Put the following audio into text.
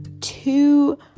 two